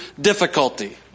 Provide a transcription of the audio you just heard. difficulty